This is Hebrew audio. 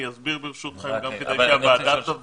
אני אסביר ברשותכם גם כדי שהוועדה תבין.